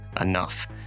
enough